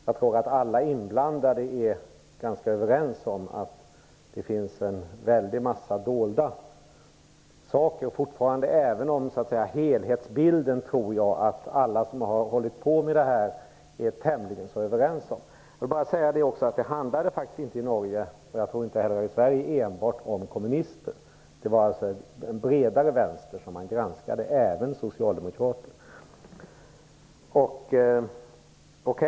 Jag tror att alla inblandade är ganska överens om att det fortfarande finns en väldig massa dolda saker, även om jag tror att alla som hållit på med detta är tämligen överens om helhetsbilden. Jag vill bara också säga att det i Norge inte handlade enbart om kommunister - och inte heller i Sverige. Det var alltså en bredare vänster som man granskade, även socialdemokrater.